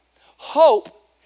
Hope